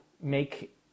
make